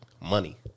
money